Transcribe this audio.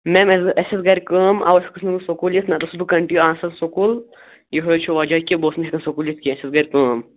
میٚم اسہِ اسہِ ٲس گَرِ کٲم اَوَے ہیٚکُس نہٕ بہٕ سکوٗل یِتھ نَتہٕ اوسُس بہٕ کَنٛٹِنیوٗ آسان سکوٗل یِہےَ چھُ وَجہ کہِ بہٕ اوسُس نہٕ ہیٚکَن سکوٗل یِتھ کیٚنٛہہ اسہِ ٲس گَرِ کٲم